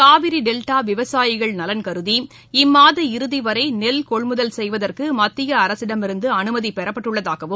Kaveri delta விவசாயிகள் நலன் கருதி இம்மாத இறுதி வரை நெல் கொள்முதல் செய்வதற்கு மத்திய அரசிடமிருந்து அனுமதி பெறப்பட்டுள்ளதாகவும்